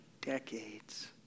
decades